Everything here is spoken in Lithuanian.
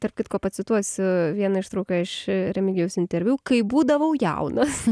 tarp kitko pacituosiu vieną ištrauką iš remigijaus interviu kai būdavau jaunas